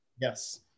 Yes